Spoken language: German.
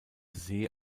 see